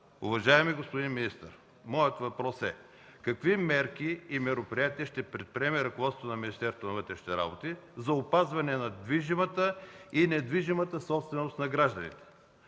Уважаеми господин министър, моят въпрос е: какви мерки и мероприятия ще предприеме ръководството на Министерството на вътрешните работи за опазване на движимата и недвижимата собственост на гражданите?